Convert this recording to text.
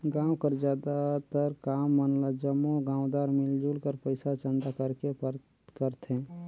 गाँव कर जादातर काम मन ल जम्मो गाँवदार मिलजुल कर पइसा चंदा करके करथे